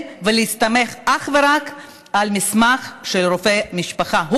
ולהסתמך אך ורק על מסמך של רופא המשפחה.